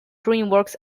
dreamworks